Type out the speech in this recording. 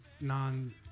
non